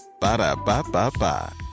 Ba-da-ba-ba-ba